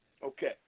Okay